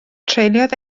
treuliodd